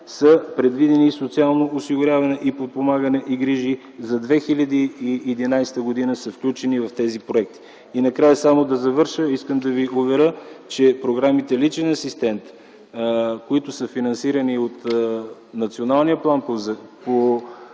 са предвидени социално осигуряване и подпомагане и грижи за 2011 г. са включени в тези проекти. Накрая, само да завърша, искам да Ви уверя, че от програмите „Личен асистент”, които са финансирани от Националния план по